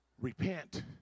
Repent